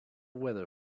weather